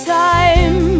time